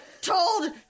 told